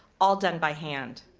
all done by hand,